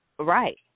right